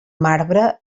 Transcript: marbre